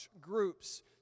groups